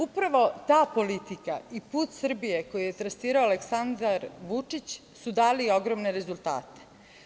Uprava ta politika i put Srbije koji je trasirao Aleksandar Vučić su dali ogromne rezultate.